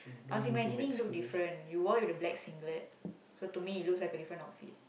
I was imagining you look different you wore with a black singlet so to me it looks like a different outfit